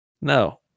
No